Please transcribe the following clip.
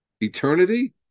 Eternity